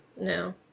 No